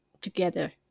together